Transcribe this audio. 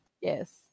Yes